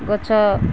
ଗଛ